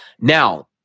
Now